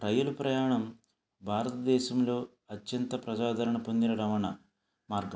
రైలు ప్రయాణం భారత దేశంలో అత్యంత ప్రజాదారణ పొందిన రవాణా మార్గం